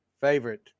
favorite